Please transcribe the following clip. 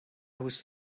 was